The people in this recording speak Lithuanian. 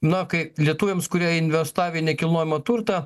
na kaip lietuviams kurie investavę į nekilnojamąjį turtą